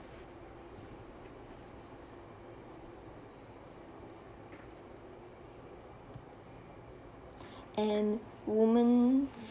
and woman